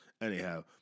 Anyhow